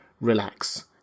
relax